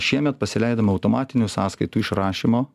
šiemet pasileidome automatinių sąskaitų išrašymo